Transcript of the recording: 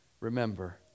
remember